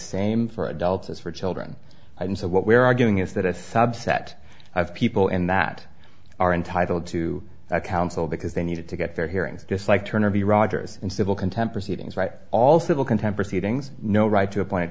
same for adults as for children and so what we're arguing is that a subset of people and that are entitled to counsel because they needed to get their hearings just like turner the rogers and civil contempt proceedings right all civil contempt or seedings no right to appoint